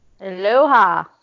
Aloha